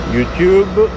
Youtube